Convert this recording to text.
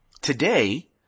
Today